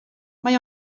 mae